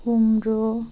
কুমড়ো